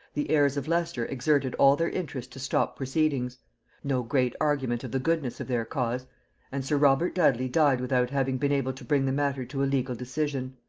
the heirs of leicester exerted all their interest to stop proceedings no great argument of the goodness of their cause and sir robert dudley died without having been able to bring the matter to a legal decision.